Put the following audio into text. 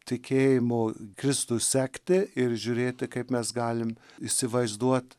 tikėjimo kristų sekti ir žiūrėti kaip mes galim įsivaizduot